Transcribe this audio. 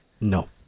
No